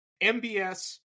MBS